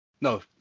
No